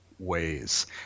ways